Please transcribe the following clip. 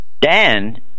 Dan